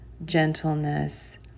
gentleness